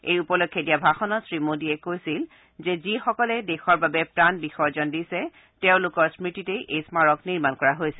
এই উপলক্ষে দিয়া ভাষণত শ্ৰীমোদীয়ে কৈছিল যে যিসকলে দেশৰ বাবে প্ৰাণ বিসৰ্জন দিছে তেওঁলোকৰ স্মৃতিতে এই স্মাৰক নিৰ্মাণ কৰা হৈছে